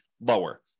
lower